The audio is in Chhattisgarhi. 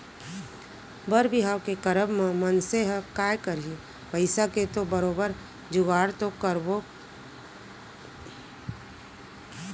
बर बिहाव के करब म मनसे ह काय करही पइसा के तो बरोबर जुगाड़ तो बरोबर करबे करही